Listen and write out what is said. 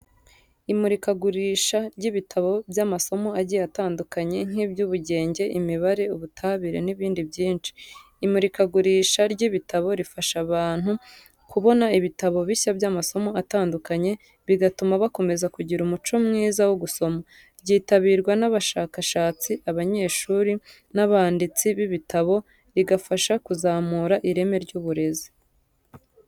Imurikagurisha ry'ibitabo by'amasomo agiye atandukanye nkiby'ubugenge, imibare, ubutabire n'ibindi byinshi. Imurikagurisha ry’ibitabo rifasha abantu kubona ibitabo bishya by'amasomo atandukanye, bigatuma bakomeza kugira umuco mwiza wo gusoma. Ryitabirwa n'abashakashatsi, abanyeshuri n’abanditsi b'ibitabo, rigafasha kuzamura ireme ry'uburezi.